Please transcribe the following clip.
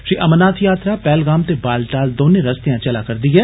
श्री अमरनाथ यात्रा पैहलगाम ते बालटाल दौनें रस्तेया चला'रदी ऐ